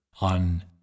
on